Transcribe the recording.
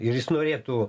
ir jis norėtų